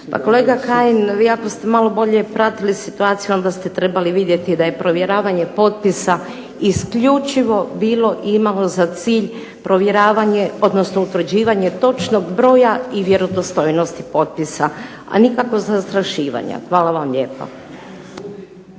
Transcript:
Pa kolega Kajin vi ako ste malo bolje pratili situaciju onda ste trebali vidjeti da je provjeravanje potpisa isključivo bilo i imalo za cilj provjeravanje, odnosno utvrđivanje točnog broja i vjerodostojnosti potpisa, a nikako zastrašivanja. Hvala vam lijepa.